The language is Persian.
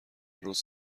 روز